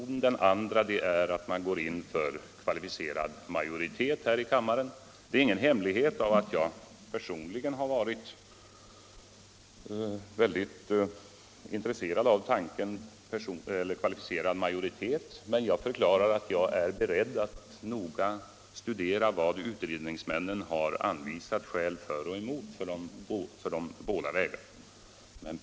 Den andra är att man går in för kvalificerad majoritet här i kammaren. Det är ingen hemlighet att jag personligen har varit klart intresserad av tanken på kvalificerad majoritet som metod, men jag förklarar att jag är beredd att noga studera vilka skäl utredningsmännen har anfört för och emot de båda metoderna.